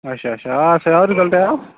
اچھا اچھا آ سُہ آو رِزلٹ آو